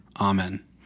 Amen